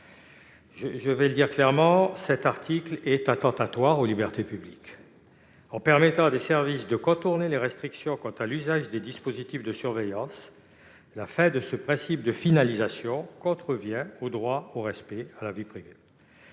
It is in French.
Autant le dire clairement : cet article est attentatoire aux libertés publiques. En permettant à des services de contourner les restrictions quant à l'usage des dispositifs de surveillance, et en signant la fin du principe de « finalisation », il contrevient au droit au respect de la vie privée.